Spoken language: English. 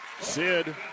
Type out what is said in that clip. Sid